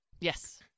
Yes